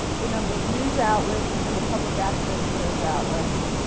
the number of news outlets, and the public access to those outlets,